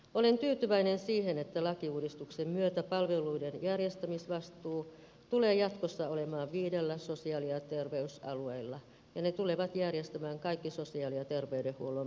olen tyytyväinen siihen että lakiuudistuksen myötä palveluiden järjestämisvastuu tulee jatkossa olemaan viidellä sosiaali ja ter veysalueella ja ne tulevat järjestämään kaikki sosiaali ja terveydenhuollon palvelut